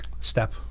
step